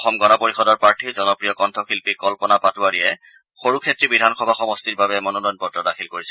অসম গণ পৰিষদৰ প্ৰাৰ্থী জনপ্ৰিয় কঠশিল্পী কল্পনা পাটোৱাৰীয়েও সৰুক্ষেত্ৰী বিধানসভা সমষ্টিৰ বাবে মনোনয়ন পত্ৰ দাখিল কৰিছে